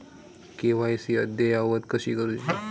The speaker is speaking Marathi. के.वाय.सी अद्ययावत कशी करुची?